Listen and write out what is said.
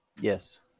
Yes